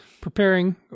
preparing